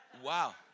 wow